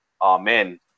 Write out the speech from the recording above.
Amen